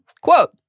Quote